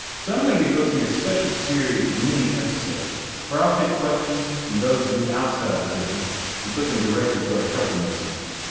so i'm gonna be hosting a special series of mini episodes, where i'll take questions from those of you outside the business, and put them directly to our trucking listeners.